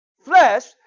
flesh